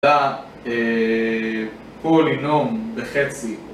זה היה פולינום בחצי.